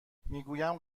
میگویم